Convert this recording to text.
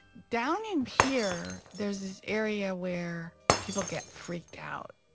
down in here there's area where people get freaked out